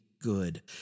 Good